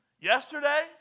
Yesterday